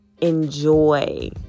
enjoy